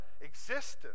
existence